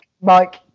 Mike